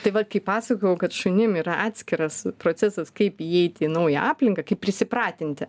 tai va kai pasakojau kad šunim yra atskiras procesas kaip įeiti į naują aplinką kaip prisipratinti